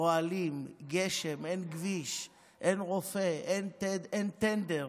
אוהלים, גשם, אין כביש, אין רופא, אין טנדר,